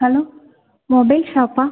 hello mobile ஷாப்பா